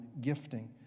gifting